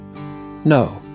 No